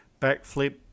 Backflip